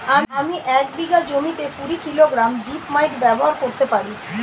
আমি এক বিঘা জমিতে কুড়ি কিলোগ্রাম জিপমাইট ব্যবহার করতে পারি?